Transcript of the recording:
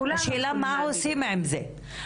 השאלה מה עושים עם זה.